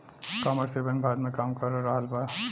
commercial bank Bharat में काम कर रहल बा